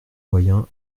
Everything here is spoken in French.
moyen